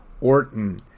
Orton